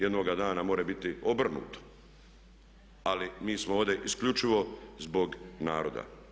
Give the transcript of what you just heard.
Jednoga dana može biti obrnuto ali mi smo ovdje isključivo zbog naroda.